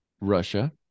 Russia